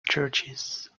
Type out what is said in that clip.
churches